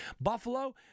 Buffalo